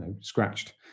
scratched